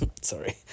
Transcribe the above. Sorry